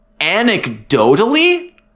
anecdotally